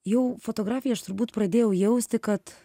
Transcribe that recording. jau fotografiją aš turbūt pradėjau jausti kad